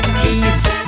thieves